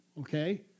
okay